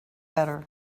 better